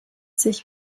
sich